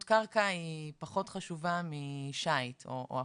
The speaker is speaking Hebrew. קרקע היא פחות חשובה משייט או הפוך.